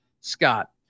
Scott